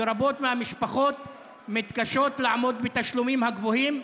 רבות מהמשפחות מתקשות לעמוד בתשלומים הגבוהים,